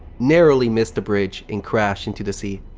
narrowly missed the bridge and crashed into the sea.